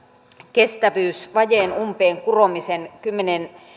kestävyysvajeen umpeenkuromisen kymmenen